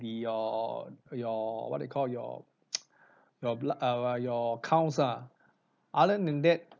the your your what do you call your your blood err your counts ah other than that